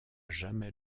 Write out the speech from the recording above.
jamais